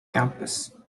campus